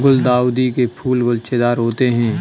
गुलदाउदी के फूल गुच्छेदार होते हैं